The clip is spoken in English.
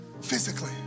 physically